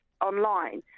online